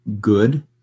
good